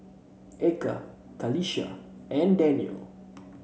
Eka Qalisha and Daniel